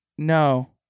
no